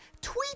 tweet